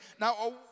Now